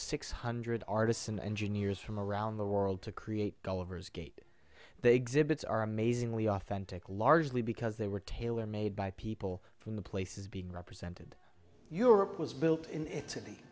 six hundred artists and engineers from around the world to create gulliver's gate they gibbets are amazingly authentic largely because they were tailor made by people from the places being represented europe was built in city